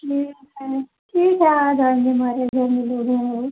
ठीक है ठीक है आ जाएंगे हमारे घर में जो भी हो